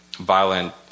violent